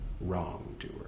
wrongdoer